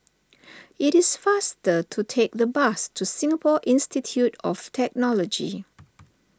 it is faster to take the bus to Singapore Institute of Technology